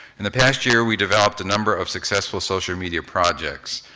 in the past year we developed a number of successful social media projects.